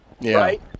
right